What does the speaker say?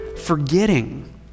forgetting